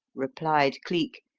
replied cleek,